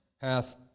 hath